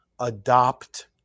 Adopt